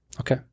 Okay